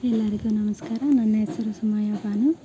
ಎಲ್ಲರಿಗು ನಮಸ್ಕಾರ ನನ್ನ ಹೆಸ್ರು ಸುಮಯಾ ಬಾನು